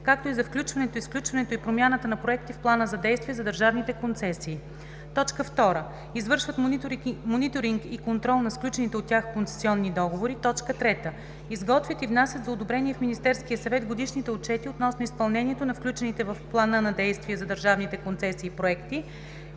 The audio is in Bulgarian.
както и за включването, изключването и промяната на проекти в плана за действие за държавните концесии; 2. извършват мониторинг и контрол на сключените от тях концесионни договори; 3. изготвят и внасят за одобрение в Министерския съвет годишни отчети относно изпълнението на включените в плана за действие за държавните концесии проекти,